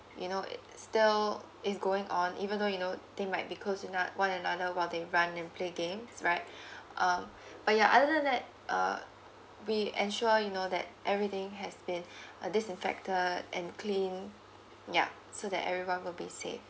you know it uh still it's going on even though you know they might be closed to ano~ one another while they run and play games right um but ya other than that err we ensure you know that everything has been uh disinfected and cleaned ya so that everyone will be safe